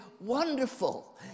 wonderful